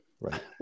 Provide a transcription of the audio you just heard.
Right